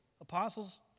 apostles